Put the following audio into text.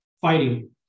fighting